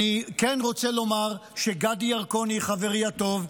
אני כן רוצה לומר שגדי ירקוני, חברי הטוב,